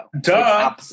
Duh